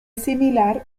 similar